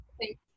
Thank